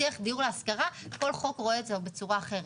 השיח של דיור להשכרה כל חוק רואה את זה בצורה אחרת.